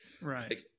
Right